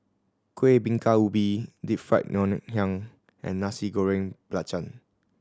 Kueh Bingka Ubi Deep Fried Ngoh Hiang and Nasi Goreng Belacan